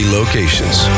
locations